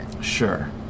Sure